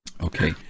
Okay